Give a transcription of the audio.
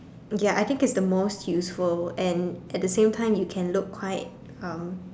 ya I think it's the most useful and at the same time you can look quite um